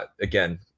again